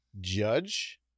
judge